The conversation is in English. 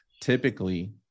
typically